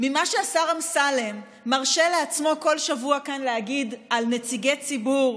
ממה שהשר אמסלם מרשה לעצמו כל שבוע כאן להגיד על נציגי ציבור,